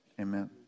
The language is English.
amen